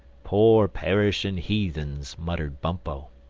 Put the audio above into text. poor perishing heathens! muttered bumpo.